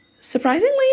Surprisingly